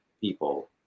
people